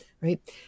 right